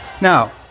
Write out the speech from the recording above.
Now